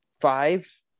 five